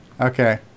Okay